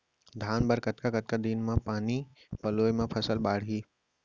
धान बर कतका कतका दिन म पानी पलोय म फसल बाड़ही?